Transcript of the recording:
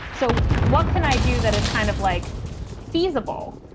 so what can i do that is kind of like feasable.